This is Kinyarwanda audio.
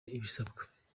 ibisabwa